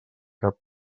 cap